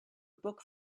book